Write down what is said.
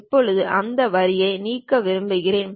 இப்போது இந்த வரியை நீக்க விரும்புகிறேன்